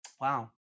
Wow